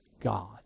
God